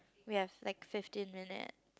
we have like fifteen minute